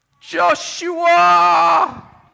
Joshua